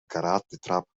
karatetrap